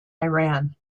iran